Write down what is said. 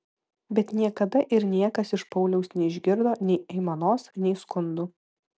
bet niekada ir niekas iš pauliaus neišgirdo nei aimanos nei skundų